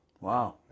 Wow